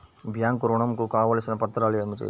Bank ఋణం కు కావలసిన పత్రాలు ఏమిటి?